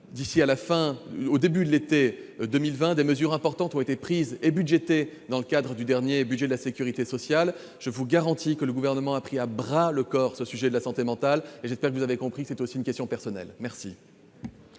d'ici au début de l'été 2020. Des mesures importantes ont été prises et budgétées dans le cadre du dernier budget de la sécurité sociale. Je vous le garantis, le Gouvernement a pris à bras-le-corps le sujet de la santé mentale. J'espère que vous l'aurez compris, il s'agit aussi d'une question personnelle. La